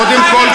קודם כול,